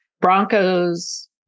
Broncos